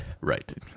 Right